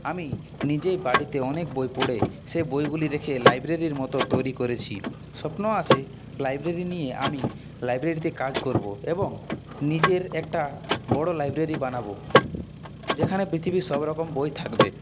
আমি নিজেই বাড়িতে অনেক বই পড়ে সেই বইগুলি রেখে লাইব্রেরির মতো তৈরি করেছি স্বপ্ন আছে লাইব্রেরি নিয়ে আমি লাইব্রেরিতে কাজ করব এবং নিজের একটা বড় লাইব্রেরি বানাবো যেখানে পৃথিবীর সব রকম বই থাকবে